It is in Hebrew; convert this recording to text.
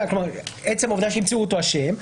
כלומר, עצם העובדה שימצאו אותו אשם.